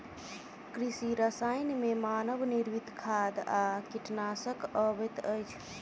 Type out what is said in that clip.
कृषि रसायन मे मानव निर्मित खाद आ कीटनाशक अबैत अछि